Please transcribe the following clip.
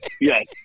Yes